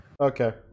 Okay